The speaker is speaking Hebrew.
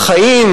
החיים,